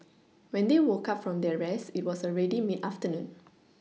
when they woke up from their rest it was already mid afternoon